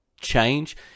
change